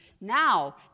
Now